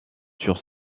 sur